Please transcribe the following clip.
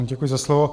Děkuji za slovo.